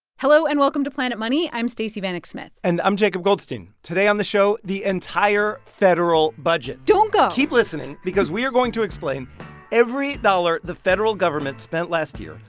hello, and welcome to planet money. i'm stacey vanek smith and i'm jacob goldstein. today on the show, the entire federal budget don't go keep listening because we're going to explain every dollar the federal government spent last year,